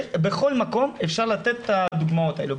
בכל מקום אפשר לתת את הדוגמאות האלה,